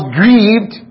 grieved